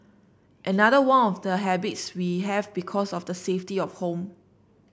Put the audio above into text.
another one of the habits we have because of the safety of home